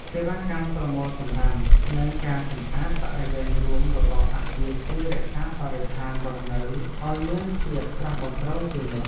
សេវាកម្មប្រមូលសំរាមនិងការសម្អាតបរិវេណរួមរបស់អគារជួយរក្សាបរិស្ថានរស់នៅឱ្យមានភាពស្រស់បំព្រងជានិច្ច។